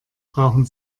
brauchen